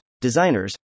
designers